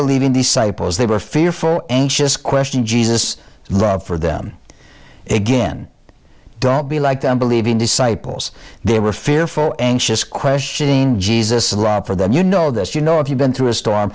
believing disciples they were fearful anxious question jesus run for them again don't be like them believing disciples they were fearful anxious questioning jesus a lot for them you know that you know if you've been through a storm